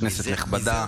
כנסת נכבדה,